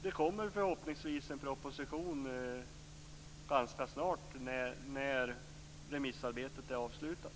Det kommer förhoppningsvis en proposition ganska snart när remissarbetet är avslutat.